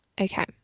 okay